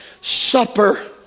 supper